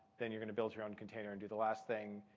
then you're going to build your own container and do the last thing.